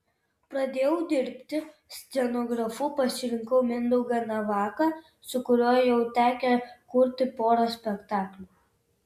pradėjau dirbti scenografu pasirinkau mindaugą navaką su kuriuo jau tekę kurti porą spektaklių